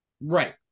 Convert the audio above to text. Right